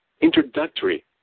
Introductory